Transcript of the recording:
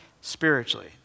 spiritually